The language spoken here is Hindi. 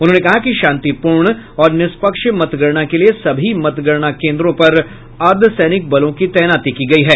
उन्होंने कहा कि शांतिपूर्ण और निष्पक्ष मतगणना के लिए सभी मतगणना केन्द्रों पर अर्द्वसैनिक बलों की तैनाती की गयी है